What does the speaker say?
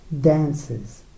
dances